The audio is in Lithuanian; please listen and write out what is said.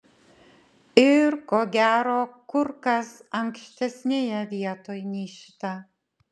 ir ko gero kur kas ankštesnėje vietoj nei šita